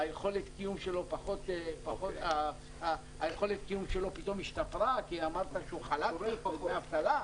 היכולת קיום שלו פתאום השתפרה כי אמרת שהוא חל"תניק או דמי אבטלה?